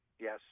yes